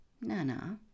Nana